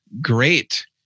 great